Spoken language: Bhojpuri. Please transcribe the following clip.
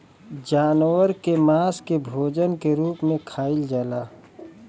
जानवर के मांस के भोजन के रूप में खाइल जाला